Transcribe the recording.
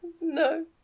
no